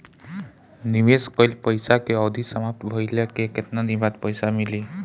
निवेश कइल पइसा के अवधि समाप्त भइले के केतना दिन बाद पइसा मिली?